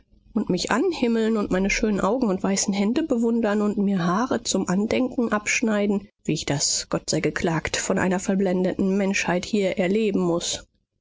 und mich anhimmeln und meine schönen augen und weißen hände bewundern und mir haare zum andenken abschneiden wie ich das gott sei's geklagt von einer verblendeten menschheit hier erleben muß